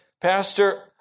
Pastor